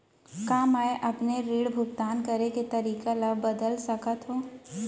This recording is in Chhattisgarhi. का मैं अपने ऋण भुगतान करे के तारीक ल बदल सकत हो?